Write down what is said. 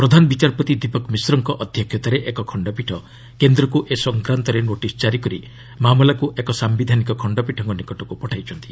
ପ୍ରଧାନବିଚାରପତି ଦୀପକ ମିଶ୍ରଙ୍କ ଅଧ୍ୟକ୍ଷତାରେ ଏକ ଖଣ୍ଡପୀଠ କେନ୍ଦ୍ରକୁ ଏ ସଂକ୍ରାନ୍ତରେ ନୋଟିସ୍ କାରି କରି ମାମଲାକୁ ଏକ ସାୟିଧାନିକ ଖଣ୍ଡପୀଠଙ୍କ ନିକଟକୁ ପଠାଇଛନ୍ତି